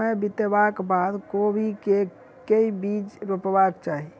समय बितबाक बाद कोबी केँ के बीज रोपबाक चाहि?